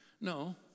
No